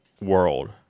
world